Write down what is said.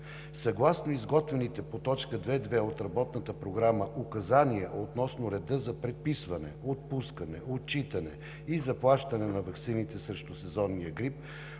Съгласно изготвените по точка 2.2 от работната програма указания относно реда за предписване, отпускане, отчитане и заплащане на ваксините срещу сезонния грип,